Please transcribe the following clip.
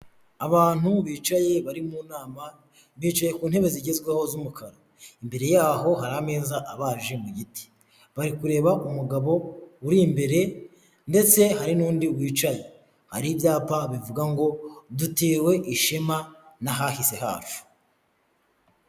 Abantu bicaye bari mu nama, bicaye ku ntebe zigezweho z'umukara. Imbere yaho hari ameza abaje mu giti. Bari kureba umugabo uri imbere, ndetse hari n'undi wicaye. Hari ibyapa bivuga ngo "Dutewe ishema n'ahahise hacu".